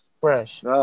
Fresh